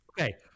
Okay